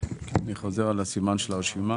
זה לא שלא מאשרים.